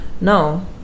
No